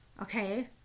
Okay